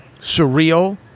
surreal